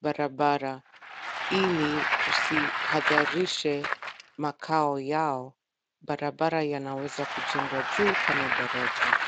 barabara, ili tusihatarishe makao yao. Barabara yanaweza kujengwa juu kama daraja.